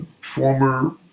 former